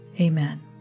Amen